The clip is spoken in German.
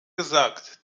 gesagt